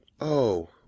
Oh